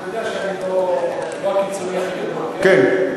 אתה יודע שאני לא הקיצוני הכי גדול.